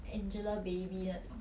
angelababy 那种